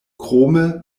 krome